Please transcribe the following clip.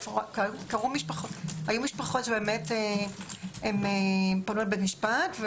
היו משפחות שפנו לבית משפט,